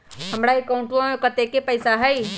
हमार अकाउंटवा में कतेइक पैसा हई?